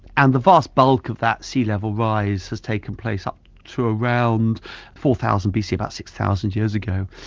and the vast bulk of that sea level rise has taken place up to around four thousand bc about six thousand years ago.